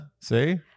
See